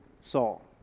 Saul